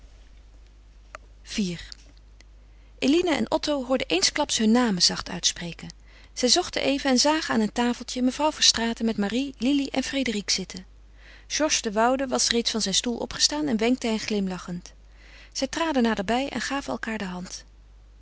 iv eline en otto hoorden eensklaps hun namen zacht uitspreken zij zochten even en zagen aan een tafeltje mevrouw verstraeten met marie lili en frédérique zitten georges de woude was reeds van zijn stoel opgestaan en wenkte hen glimlachend zij traden naderbij en gaven elkaâr de hand